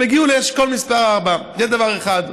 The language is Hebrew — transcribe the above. הם יגיעו לאשכול מס' 4. זה דבר אחד.